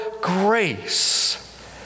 grace